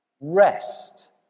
Rest